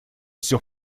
все